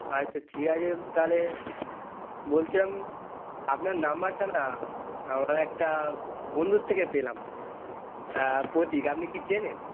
আচ্ছা ঠিক আছে তাহলে বলছিলাম আপনার নম্বরটা না আমার একটা বন্ধুর থেকে পেলাম অ্যাঁ প্রতীক আপনি কি চেনেন